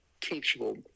teachable